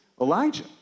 Elijah